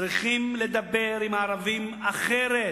צריכים לדבר עם הערבים אחרת,